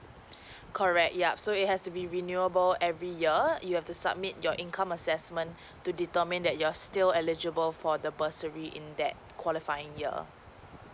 correct yup so it has to be renewable every year you have to submit your income assessment to determine that you're still eligible for the bursary in that qualifying year